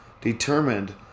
determined